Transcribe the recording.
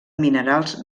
minerals